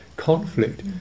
Conflict